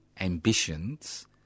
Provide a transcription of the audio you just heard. ambitions